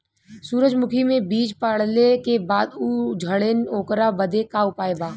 सुरजमुखी मे बीज पड़ले के बाद ऊ झंडेन ओकरा बदे का उपाय बा?